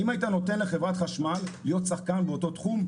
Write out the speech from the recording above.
האם היית נותן לחברת חשמל להיות שחקן באותו תחום?